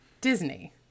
Disney